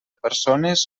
persones